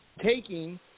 taking